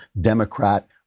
Democrat